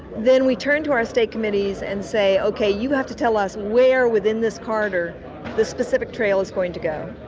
then we turn to our state committees and say, okay you have to tell us where within this corridor the specific trail is going to go.